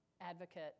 advocate